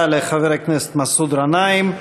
מול הבורות שלך.) תודה לחבר הכנסת מסעוד גנאים.